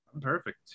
Perfect